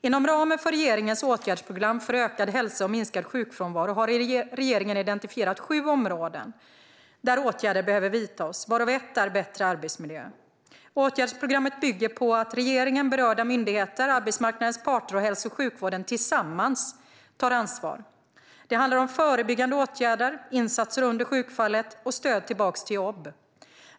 Inom ramen för regeringens åtgärdsprogram för ökad hälsa och minskad sjukfrånvaro har regeringen identifierat sju områden där åtgärder behöver vidtas, varav ett är bättre arbetsmiljö. Åtgärdsprogrammet bygger på att regeringen, berörda myndigheter, arbetsmarknadens parter och hälso och sjukvården tillsammans tar ansvar. Det handlar om förebyggande åtgärder, insatser under sjukfallet och stöd tillbaka till jobb.